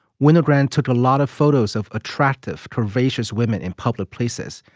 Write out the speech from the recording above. winogrand took a lot of photos of attractive, curvaceous women in public places.